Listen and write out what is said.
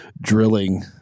drilling